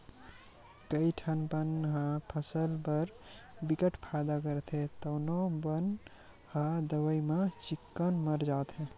कइठन बन ह फसल बर बिकट फायदा करथे तउनो बन ह दवई म चिक्कन मर जाथे